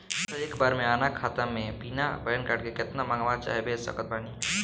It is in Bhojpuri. पैसा एक बार मे आना खाता मे बिना पैन कार्ड के केतना मँगवा चाहे भेज सकत बानी?